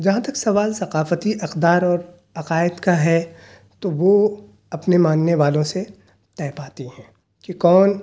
جہاں تک سوال ثقافتی اقدار اور عقائد کا ہے تو وہ اپنے ماننے والوں سے طے پاتی ہیں کہ کون